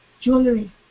jewelry